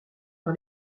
par